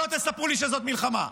שלא תספרו לי שזאת מלחמה.